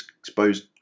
Exposed